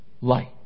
light